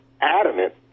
adamant